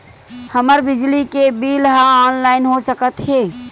हमर बिजली के बिल ह ऑनलाइन हो सकत हे?